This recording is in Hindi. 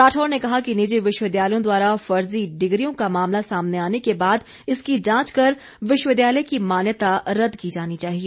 राठौर ने कहा कि निजी विश्वविद्यालयों द्वारा फर्जी डिग्रियों का मामला सामने आने के बाद इसकी जांच कर विश्वविद्यालय की मान्यता रद्द की जानी चाहिए